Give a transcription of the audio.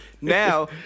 Now